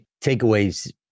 takeaways